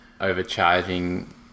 overcharging